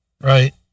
right